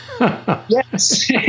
Yes